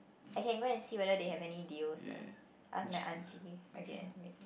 I can go and see whether they have any deals ah ask my aunty again maybe